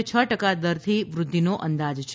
ડ ટકા દરથી વૃઘ્ધિનો અંદાજ છે